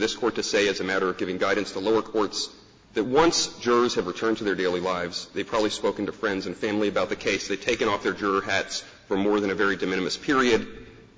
this court to say it's a matter of giving guidance to lower courts that once jurors have returned to their daily lives they probably spoken to friends and family about the case they've taken off their tour hats for more than a very diminished period